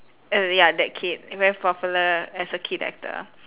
uh ya that kid very popular as a kid actor